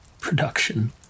production